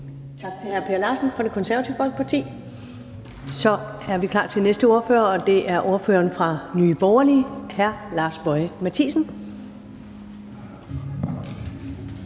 Tak til hr. Per Larsen fra Det Konservative Folkeparti. Så er vi klar til næste ordfører, og det er ordføreren for Nye Borgerlige, hr. Lars Boje Mathiesen.